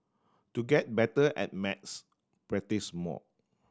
to get better at maths practise more